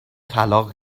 طلاق